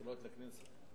בחירות לכנסת.